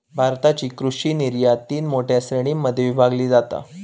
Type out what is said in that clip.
भारताची कृषि निर्यात तीन मोठ्या श्रेणीं मध्ये विभागली जाता